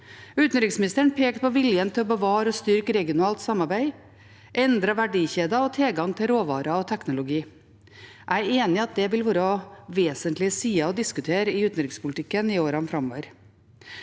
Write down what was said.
Utenriksministeren pekte på viljen til å bevare og styrke regionalt samarbeid, endrede verdikjeder og tilgang til råvarer og teknologi. Jeg er enig i at det vil være vesentlige sider å diskutere i utenrikspolitikken i årene framover.